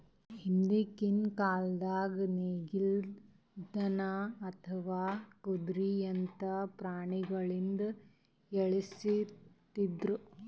ಹಿಂದ್ಕಿನ್ ಕಾಲ್ದಾಗ ನೇಗಿಲ್, ದನಾ ಅಥವಾ ಕುದ್ರಿಯಂತಾ ಪ್ರಾಣಿಗೊಳಿಂದ ಎಳಸ್ತಿದ್ರು